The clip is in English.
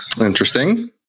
interesting